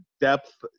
depth